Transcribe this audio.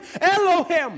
Elohim